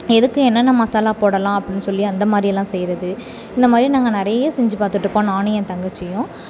எதுக்கு என்னென்ன மசாலா போடலாம் அப்படின்னு சொல்லி அந்த மாதிரி எல்லாம் செய்கிறது இந்த மாதிரி நாங்கள் நிறைய செஞ்சு பார்த்துட்ருப்போம் நானும் என் தங்கச்சியும்